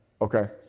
okay